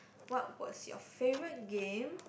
what was your favourite game